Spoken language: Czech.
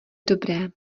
dobré